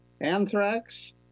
anthrax